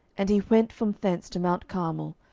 and he went from thence to mount carmel,